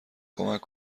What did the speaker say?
کمک